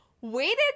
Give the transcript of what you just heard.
waited